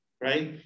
Right